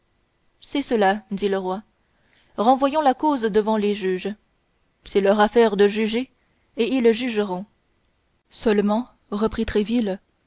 cela dit le roi renvoyons la cause devant les juges c'est leur affaire de juger et ils jugeront seulement reprit tréville